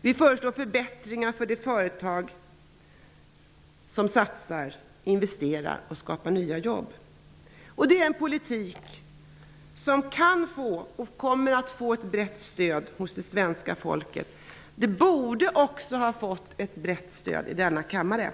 Vi föreslår förbättringar för de företag som satsar, investerar och skapar nya jobb. Det är en politik som kan få, och kommer att få, ett brett stöd hos det svenska folket. Det borde få ett brett stöd också i denna kammare.